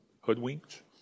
hoodwinked